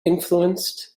influenced